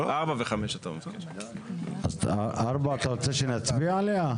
אתה רוצה שנצביע עליהן?